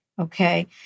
Okay